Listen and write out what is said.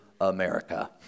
America